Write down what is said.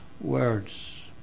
words